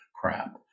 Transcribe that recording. crap